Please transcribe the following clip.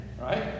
right